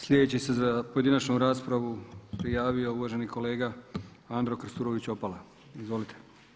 Sljedeći se za pojedinačnu raspravu prijavio uvaženi kolega Andro Krstulović Opara, izvolite.